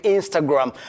Instagram